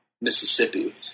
Mississippi